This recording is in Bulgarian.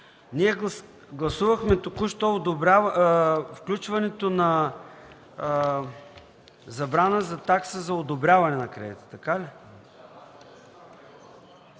гласувахме включването на забрана за такса за одобряване на кредита, така ли?